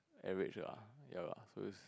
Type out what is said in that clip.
average lah ya lah so it's